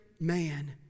man